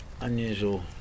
unusual